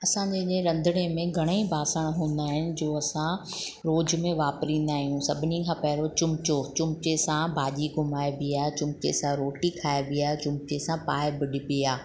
असांजे जंहिं रंधणे में घणाई ॿासण हूंदा आहिनि जो असां रोज़ में वापरींदा आहियूं सभिनी खां पहिरियों चमिचो चमिचे सां भाॼी घुमाइबी आहे चमिचे सां रोटी खाइॿी आहे चमिचे सां पाए बि ॾिबी आहे